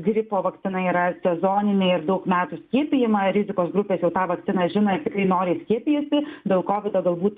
gripo vakcina yra sezoninė ir daug metų skiepijima rizikos grupės jau tą vakciną žino ir tikrai noriai skiepijasi dėl kovido galbūt